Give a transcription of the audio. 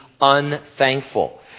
unthankful